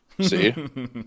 See